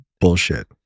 bullshit